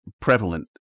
prevalent